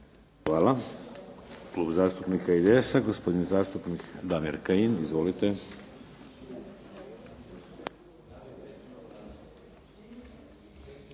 Hvala. Klub zastupnika IDS-a, gospodin zastupnik Damir Kajin. Izvolite.